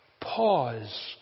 Pause